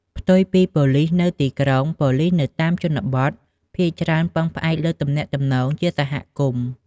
ផ្ទុយពីប៉ូលិសនៅទីក្រុង ប៉ូលិសនៅតាមជនបទភាគច្រើនពឹងផ្អែកលើទំនាក់ទំនងជាសហគមន៍ ។